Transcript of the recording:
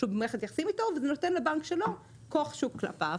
שהוא במערכת יחסית איתו וזה נותן לבנק שלו כוח שוק כלפיו.